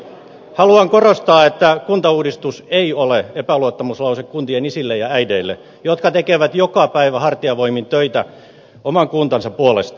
haluan korostaa että kuntauudistus ei ole epäluottamuslause kuntien isille ja äideille jotka tekevät joka päivä hartiavoimin töitä oman kuntansa puolesta